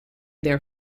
their